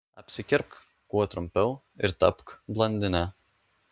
apsikirpk kuo trumpiau ir tapk blondine